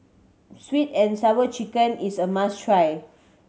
Sweet And Sour Chicken is a must try